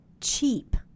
cheap